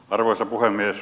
arvoisa puhemies